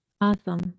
Awesome